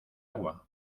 agua